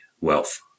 wealth